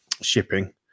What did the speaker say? shipping